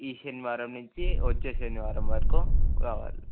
ఈ శనివారం నుంచి వచ్చే శనివారం వరకు కావాలి